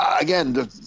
Again